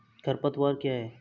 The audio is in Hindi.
खरपतवार क्या है?